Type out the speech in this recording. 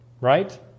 right